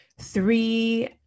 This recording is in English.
Three